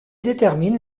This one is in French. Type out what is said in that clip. détermine